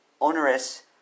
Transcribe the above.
onerous